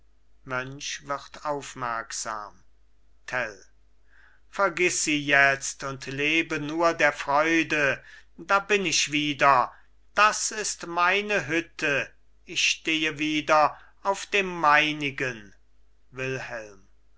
vergiss sie jetzt und lebe nur der freude da bin ich wieder das ist meine hütte ich stehe wieder auf dem meinigen wilhelm